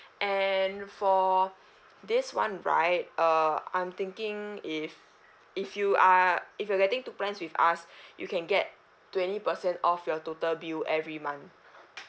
and for this one right err I'm thinking if if you are if you're getting two plans with us you can get twenty percent off your total bill every month